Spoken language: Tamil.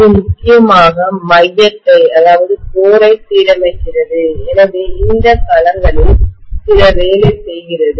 இது முக்கியமாக மையத்தைகோரை சீரமைக்கிறது எனவே இந்த களங்களில் சில வேலை செய்கிறது